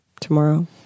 tomorrow